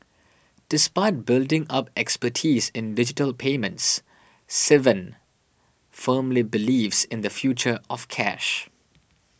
despite building up expertise in digital payments Sivan firmly believes in the future of cash